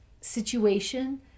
situation